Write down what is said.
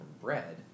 bread